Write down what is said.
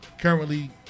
currently